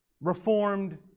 Reformed